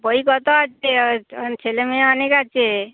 বই কত আছে ছেলেমেয়ে অনেক আছে